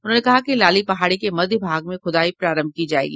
उन्होंने कहा कि लाली पहाड़ी के मध्य भाग में खुदाई प्रारंभ की जायेगी